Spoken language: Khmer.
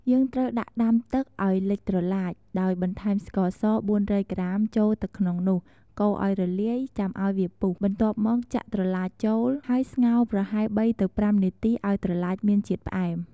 យើងត្រូវដាក់ដាំទឹកឱ្យលិចត្រឡាច ដោយបន្ថែមស្ករស ៤០០ ក្រាម ចូលទៅក្នុងនោះ កូរឱ្យរលាយ ចាំឱ្យវាពុះ បន្ទាប់មកចាក់ត្រឡាចចូល ហើយស្ងោរប្រហែល ៣ ទៅ ៥ នាទីឱ្យត្រឡាចមានជាតិផ្អែម។